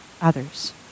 others